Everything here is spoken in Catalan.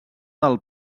del